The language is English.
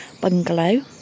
bungalow